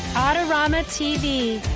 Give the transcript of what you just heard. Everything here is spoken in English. at around the tv.